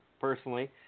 personally